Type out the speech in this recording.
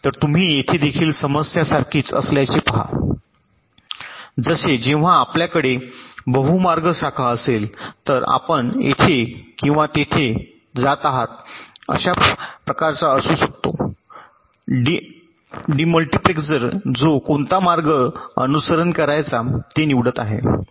तर तुम्ही येथे देखील समस्या सारखीच असल्याचे पहा जसे जेव्हा आपल्याकडे बहु मार्ग शाखा असेल तर आपण येथे किंवा तेथे किंवा तेथे जात आहात एक प्रकारचा असू शकतो डेमोल्टीप्लेक्सर जो कोणता मार्ग अनुसरण करायचा ते निवडत आहे